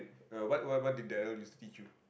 the what what what did Daryl used to you